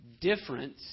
Difference